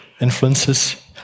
influences